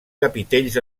capitells